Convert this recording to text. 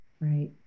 right